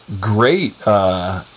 great